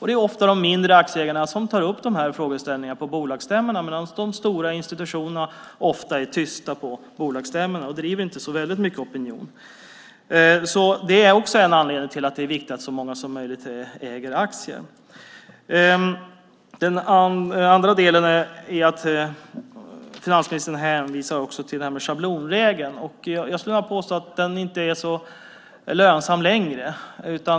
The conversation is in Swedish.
Det är ofta de mindre aktieägarna som tar upp de här frågeställningarna på bolagsstämmorna medan de stora institutionerna ofta är tysta och inte driver så väldigt mycket opinion. Det är också en anledning till att det är viktigt att så många som möjligt äger aktier. Den andra delen gäller att finansministern också hänvisar till schablonregeln. Jag skulle vilja påstå att den inte är så fördelaktig längre.